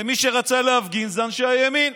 ומי שרצה להפגין זה אנשי הימין.